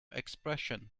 expression